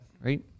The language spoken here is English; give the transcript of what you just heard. right